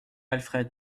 alfred